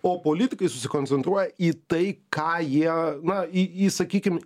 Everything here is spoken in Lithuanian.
o politikai susikoncentruoja į tai ką jie na į sakykim